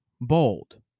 bold